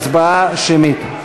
הצבעה שמית.